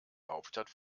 hauptstadt